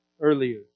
earlier